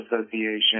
association